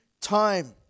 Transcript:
time